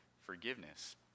forgiveness